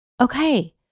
Okay